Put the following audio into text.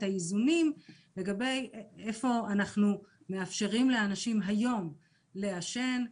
האיזונים לגבי איפה אנחנו מאפשרים לאנשים היום לעשן.